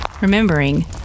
remembering